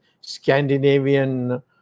Scandinavian